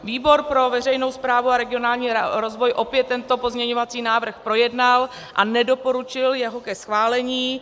Výbor pro veřejnou správu a regionální rozvoj opět tento pozměňovací návrh projednal a nedoporučil jeho schválení.